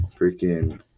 freaking